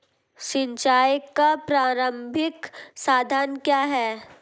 सिंचाई का प्रारंभिक साधन क्या है?